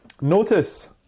Notice